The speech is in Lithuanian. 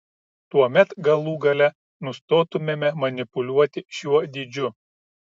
tuomet galų gale nustotumėme manipuliuoti šiuo dydžiu